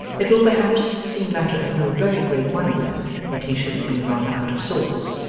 it will perhaps seem matter of no very great wonder that he should have been rather out of sorts,